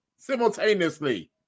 Simultaneously